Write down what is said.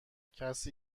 کسی